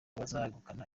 bazegukana